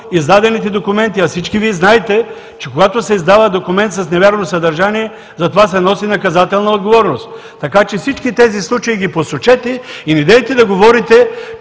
издадените документи, а всички Вие знаете, че когато се издава документ с невярно съдържание, за това се носи наказателна отговорност. Посочете всички тези случаи и недейте да говорите,